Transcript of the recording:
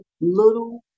little